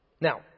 Now